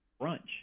brunch